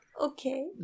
Okay